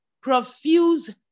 profuse